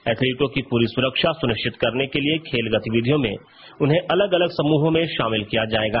एथलीटों की पूरी सुरक्षा सुनिश्चित करने के लिए खेल गतिवधियों में उन्हें अलग अलग समूहों में शामिल किया जायेगा